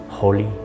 Holy